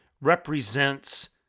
represents